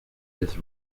his